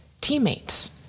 teammates